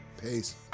Peace